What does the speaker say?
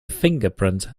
fingerprint